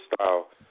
style